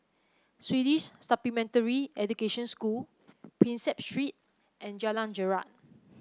Swedish Supplementary Education School Prinsep Street and Jalan Jarak